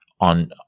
On